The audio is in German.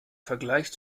vergleich